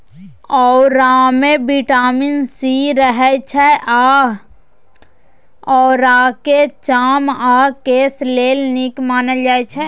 औरामे vitamin C रहय छै आ औराकेँ चाम आ केस लेल नीक मानल जाइ छै